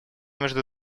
между